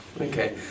Okay